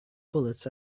bullets